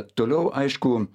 toliau aišku